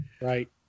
Right